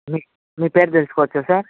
మీ మీ పేరు తెలుసుకోవచ్చా సార్